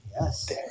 Yes